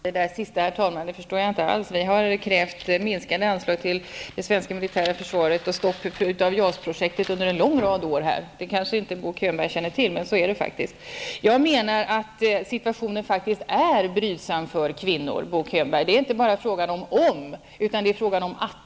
Herr talman! Det sista förstod jag inte alls. Vi har under en lång rad av år krävt minskningar av anslagen till det svenska militära försvaret och stopp för JAS-projektet. Det känner kanske Bo Könberg inte till, men så är det. Jag menar faktiskt att situationen för kvinnorär brydsam, Bo Könberg. Det är inte bara fråga omom, utan detär på det viset.